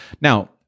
Now